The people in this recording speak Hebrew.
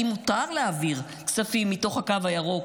אם מותר להעביר כספים מתוך הקו הירוק